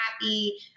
happy